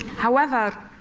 however,